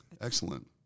excellent